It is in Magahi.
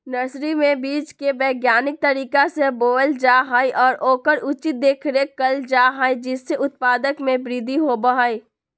नर्सरी में बीज के वैज्ञानिक तरीका से बोयल जा हई और ओकर उचित देखरेख कइल जा हई जिससे उत्पादन में वृद्धि होबा हई